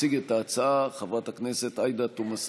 תציג את ההצעה חברת הכנסת עאידה תומא סלימאן.